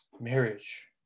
Marriage